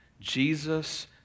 Jesus